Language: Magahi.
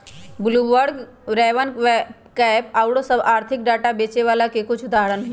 ब्लूमबर्ग, रवेनपैक आउरो सभ आर्थिक डाटा बेचे बला के कुछ उदाहरण हइ